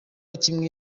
kimwe